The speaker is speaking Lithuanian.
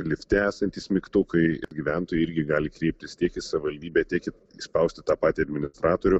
lifte esantys mygtukai gyventojai irgi gali kreiptis tiek į savivaldybę tiek spausti tą patį administratorių